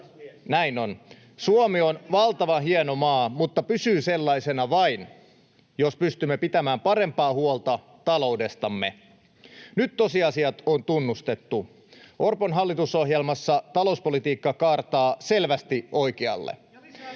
Näin on. Suomi on valtavan hieno maa, mutta pysyy sellaisena vain, jos pystymme pitämään parempaa huolta taloudestamme. Nyt tosiasiat on tunnustettu. Orpon hallitusohjelmassa talouspolitiikka kaartaa selvästi oikealle.